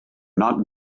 not